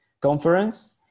conference